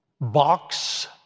box